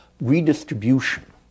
redistribution